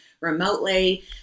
remotely